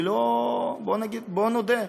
בואו נודה,